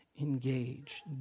Engage